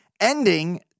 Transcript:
ending